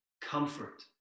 comfort